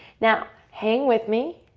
now hang with me.